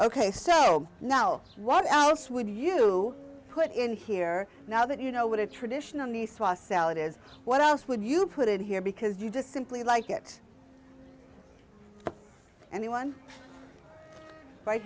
ok so now what else would you put in here now that you know what a traditional nice salad is what else would you put it here because you just simply like it and the one right